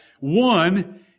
one